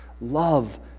Love